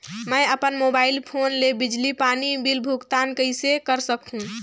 मैं अपन mobile phone ले बिजली पानी बिल भुगतान कइसे कर सकहुं?